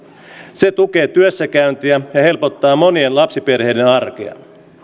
se tukee työssäkäyntiä ja helpottaa monien lapsiperheiden arkea